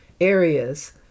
areas